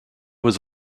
was